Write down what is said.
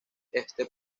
este